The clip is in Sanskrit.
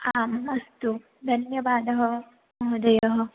आम् अस्तु धन्यवादः महोदय